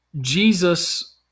Jesus